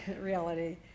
Reality